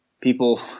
people